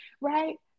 Right